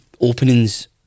openings